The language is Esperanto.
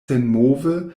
senmove